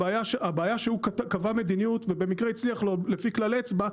הבעיה שהוא קבע מדיניות ובמקרה הצליח לו לפי כלל אצבע,